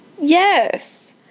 Yes